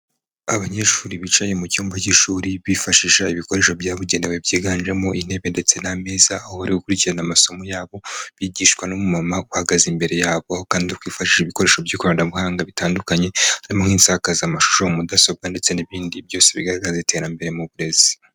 Abanyeshuri bicaye mu cyumba cy'ishuri bifashisha ibikoresho byabugenewe byiganjemo intebe ndetse n'ameza, aho bari gukurikirana amasomo yabo bigishwa n'umumama uhagaze imbere yabo kandi uri kwifashisha ibikoresho by'ikoranabuhanga bitandukanye, harimo nk'insakazamashusho, mudasobwa ndetse n'ibindi, byose bigaragaza iterambere mu burezi.